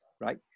right